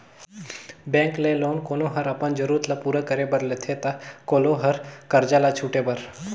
bank ले loan कोनो हर अपन जरूरत ल पूरा करे बर लेथे ता कोलो हर करजा ल छुटे बर